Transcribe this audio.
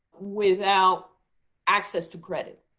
without access to credit,